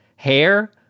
Hair